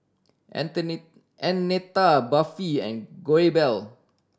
Annetta Buffy and